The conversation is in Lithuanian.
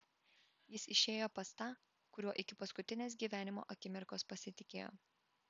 jis išėjo pas tą kuriuo iki paskutinės gyvenimo akimirkos pasitikėjo